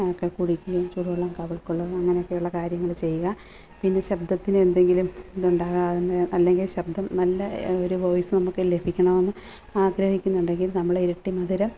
ഒക്കെ കുടിക്കുകയും ചൂടുവെള്ളം കവിൾക്കൊള്ളുക അങ്ങനെയൊക്കെക്കെയുള്ള കാര്യങ്ങൾ ചെയ്യുക പിന്നെ ശബ്ദത്തിന് എന്തെങ്കിലും ഇതുണ്ടാകാതെ അല്ലെങ്കിൽ ശബ്ദം നല്ല ഒരു വോയിസും നമുക്ക് ലഭിക്കണമെന്ന് ആഗ്രഹിക്കുന്നുണ്ടെങ്കിൽ നമ്മൾ ഇരട്ടിമധുരം